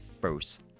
first